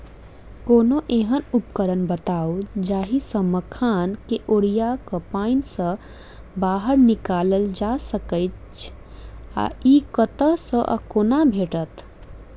कोनों एहन उपकरण बताऊ जाहि सऽ मखान केँ ओरिया कऽ पानि सऽ बाहर निकालल जा सकैच्छ आ इ कतह सऽ आ कोना भेटत?